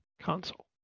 console